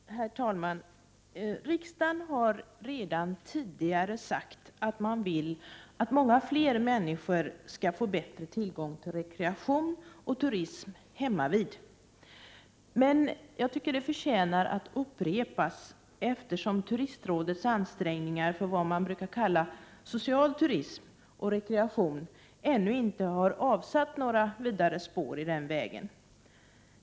Herr talman! Riksdagen har redan tidigare uttalat att man önskar att många fler människor skall få bättre tillgång till rekreation och turism hemmavid. Jag tycker dock att det förtjänar att upprepas, eftersom turistrådets ansträngningar för vad man brukar kalla social turism och rekreation ännu inte har avsatt några spår i den vägen.